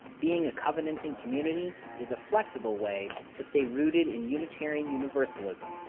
being a covenanting community is a flexible way to stay rooted in unitarian universalism,